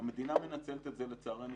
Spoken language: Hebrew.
המדינה מנצלת את זה, לצערנו.